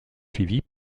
suivies